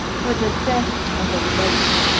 for the theft of a loaf,